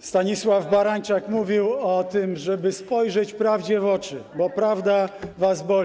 Stanisław Barańczak mówił o tym, żeby spojrzeć prawdzie w oczy, bo prawda was boli.